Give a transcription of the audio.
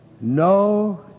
No